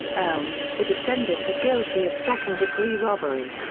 elm, the defendant was guilty of second degree robbery.